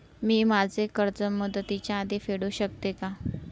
मी माझे कर्ज मुदतीच्या आधी फेडू शकते का?